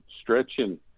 stretching